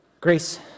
Grace